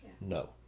no